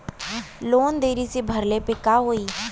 Loan देरी से भरले पर का होई?